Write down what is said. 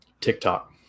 TikTok